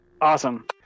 Awesome